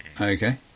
okay